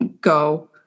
go